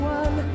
one